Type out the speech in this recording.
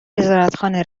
وزارتخانه